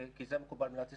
כי זה לא מקובל במדינת ישראל.